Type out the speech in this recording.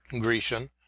Grecian